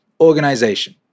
Organization